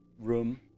room